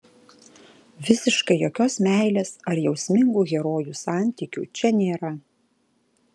visiškai jokios meilės ar jausmingų herojų santykių čia nėra